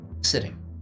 sitting